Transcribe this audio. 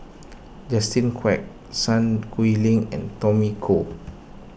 Justin Quek Sun Xueling and Tommy Koh